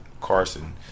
Carson